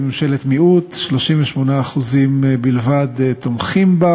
היא ממשלת מיעוט: 38% בלבד תומכים בה.